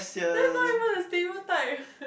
that's not even a stereotype